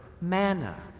manna